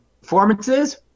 Performances